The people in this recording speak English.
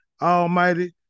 Almighty